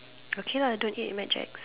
okay don't eat Mad Jack